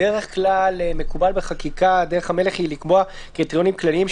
בדרך כלל דרך המלך בחקיקה היא לקבוע קריטריונים כלליים,